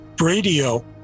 radio